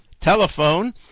telephone